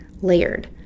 layered